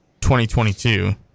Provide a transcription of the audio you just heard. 2022